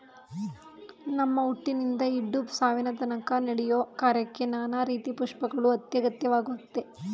ನಮ್ಮ ಹುಟ್ಟಿನಿಂದ ಹಿಡ್ದು ಸಾವಿನತನ್ಕ ನಡೆಯೋ ಕಾರ್ಯಕ್ಕೆ ನಾನಾ ರೀತಿ ಪುಷ್ಪಗಳು ಅತ್ಯಗತ್ಯವಾಗಯ್ತೆ